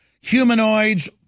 humanoids